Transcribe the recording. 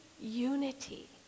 unity